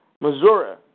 Missouri